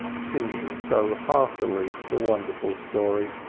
singing so heartily the wonderful story.